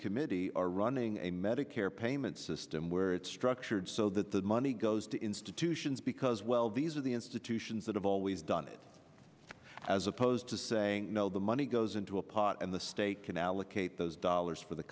committee are running a medicare payment system where it's structured so that the money goes to institutions because well these are the institutions that have always done it as opposed to saying no the money goes into a pot and the state can allocate those dollars